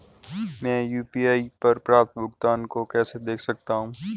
मैं यू.पी.आई पर प्राप्त भुगतान को कैसे देख सकता हूं?